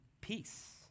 peace